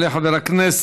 יעלה חבר הכנסת,